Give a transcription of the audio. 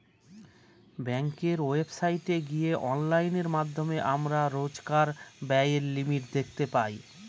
ব্যাঙ্কের ওয়েবসাইটে গিয়ে অনলাইনের মাধ্যমে আমরা রোজকার ব্যায়ের লিমিট দেখতে পাই